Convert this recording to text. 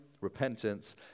repentance